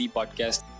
Podcast